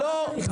התחומים.